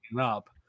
up